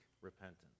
repentance